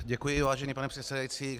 Děkuji, vážený pane předsedající.